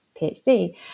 PhD